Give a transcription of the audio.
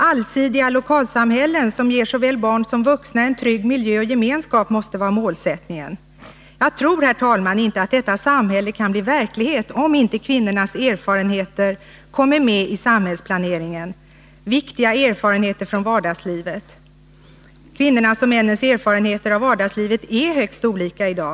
Allsidiga lokalsamhällen som ger såväl barn som vuxna en trygg miljö och gemenskap måste vara målsättningen. Jag tror, herr talman, inte att detta samhälle kan bli verklighet om inte kvinnornas erfarenheter av vardagslivet kommer med i samhällsplaneringen — viktiga erfarenheter från vardagslivet. Kvinnornas och männens erfarenheter av vardagslivet är högst olika i dag.